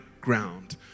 ground